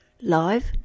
live